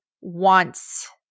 wants